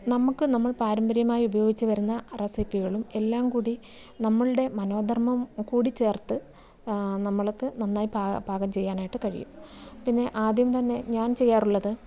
നമുക്ക് നമ്മൾ പാരമ്പര്യമായി ഉപയോഗിച്ച് വരുന്ന റെസിപ്പികളും എല്ലാം കൂടി നമ്മളുടെ മനോധർമ്മം കൂടി ചേർത്ത് നമുക്ക് നന്നായി പാ പാകം ചെയ്യാനായിട്ട് കഴിയും പിന്നെ ആദ്യം തന്നെ ഞാൻ ചെയ്യാറുള്ളത്